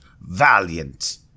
valiant